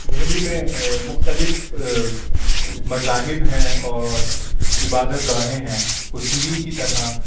دہلی میں مختلف مذاہب ہیں اور عبادت گاہیں ہیں اُسی ہی کی طرح